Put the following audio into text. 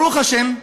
ברוך השם,